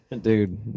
dude